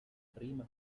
prima